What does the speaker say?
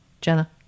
Jenna